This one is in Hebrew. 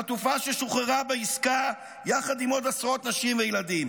חטופה ששוחררה בעסקה יחד עם עוד עשרות נשים וילדים,